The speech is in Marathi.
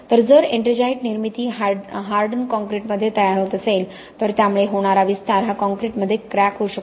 तर जर एट्रिंजाइट निर्मिती हार्डेन कॉंक्रिटमध्ये तयार होत असेल तर त्यामुळे होणारा विस्तार हा कॉंक्रिटमध्ये क्रॅक करू शकतो